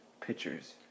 pictures